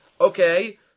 okay